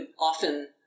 often